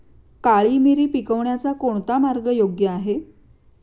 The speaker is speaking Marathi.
काळी मिरी पिकवण्याचा कोणता मार्ग योग्य आहे?